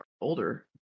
older